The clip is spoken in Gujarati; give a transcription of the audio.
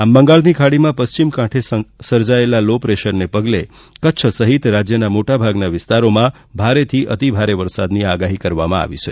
આમ બંગાળની ખાડીમાં પશ્ચિમ કાંઠે સર્જાયેલા લો પ્રેશરને પગલે કચ્છ સહિત રાજ્યના મોટાભાગના વિસ્તારોમાં ભારેથી અતિ ભારે વરસાદની આગાહી કરવામાં આવી છે